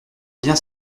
bien